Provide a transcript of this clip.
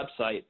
website